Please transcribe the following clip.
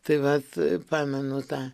tai vat pamenu tą